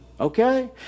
Okay